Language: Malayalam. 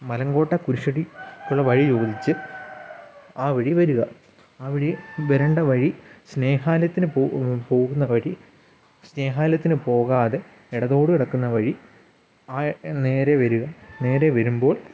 മലങ്കോട്ട കുരിശ്ശടിക്കുള്ള വഴി ചോദിച്ച് ആ വഴി വരിക ആ വഴി വരേണ്ട വഴി സ്നേഹാലയത്തിന് പോ പോകുന്ന വഴി സ്നേഹാലത്തിനു പോകാതെ ഇടത്തോട്ട് കിടക്കുന്ന വഴി ആ നേരെ വരിക നേരെ വരുമ്പോൾ